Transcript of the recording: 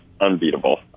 unbeatable